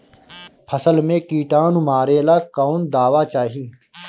फसल में किटानु मारेला कौन दावा चाही?